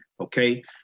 okay